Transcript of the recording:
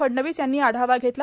फडणवीस यांनी आढावा घेतला